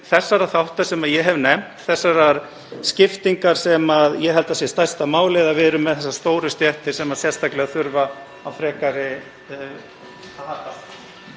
þeirra þátta sem ég hef nefnt; þessarar skiptingar sem ég held að sé stærsta málið, að við erum með þessa stóru stéttir sem sérstaklega þurfa á frekari